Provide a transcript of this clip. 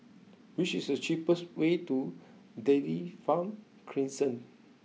which is the cheapest way to Dairy Farm Crescent